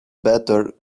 better